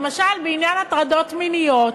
למשל, בעניין הטרדות מיניות,